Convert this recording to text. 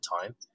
time